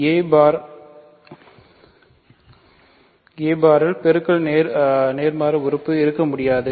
a பார் யில் பெருக்க நேர்மாறு உறுப்பு இருக்க முடியாது